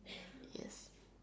yes